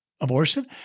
abortion